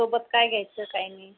सोबत काय घ्यायचं काय नाही